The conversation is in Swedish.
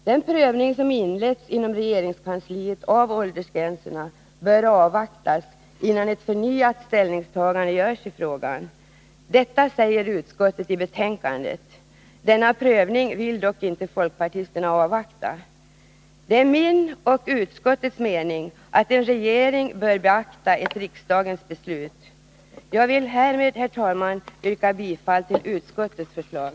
Den prövning av åldersgränserna som inletts inom regeringskansliet bör avvaktas, innan ett förnyat ställningstagande görs i frågan. Detta säger utskottet i betänkandet. Denna prövning vill dock inte folkpartisterna avvakta. Det är min och utskottets mening att en regering bör beakta ett riksdagens beslut. Jag vill härmed, herr talman, yrka bifall till utskottets förslag.